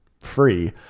free